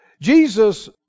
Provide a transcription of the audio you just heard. Jesus